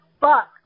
fuck